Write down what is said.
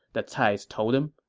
the cais told him